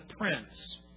prince